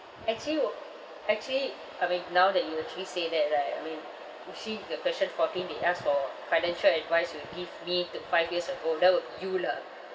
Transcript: actually wou~ actually I mean now that you actually say that right I mean you see in the question fourteen they ask for financial advice you will give me to five years ago that will be you lah